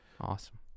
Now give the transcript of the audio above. awesome